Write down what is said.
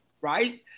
right